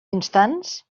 instants